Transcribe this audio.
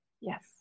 Yes